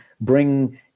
bring